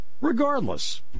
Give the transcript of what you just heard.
Regardless